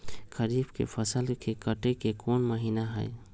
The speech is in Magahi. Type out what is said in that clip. खरीफ के फसल के कटे के कोंन महिना हई?